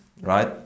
right